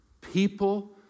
people